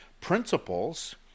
principles